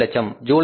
700000 July